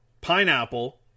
pineapple